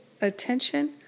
attention